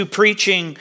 preaching